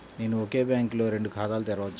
నేను ఒకే బ్యాంకులో రెండు ఖాతాలు తెరవవచ్చా?